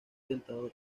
tentadora